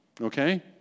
Okay